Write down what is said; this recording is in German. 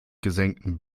gesenktem